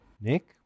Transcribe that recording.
Nick